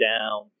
down